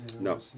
No